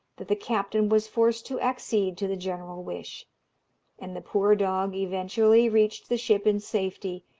that the captain was forced to accede to the general wish and the poor dog eventually reached the ship in safety,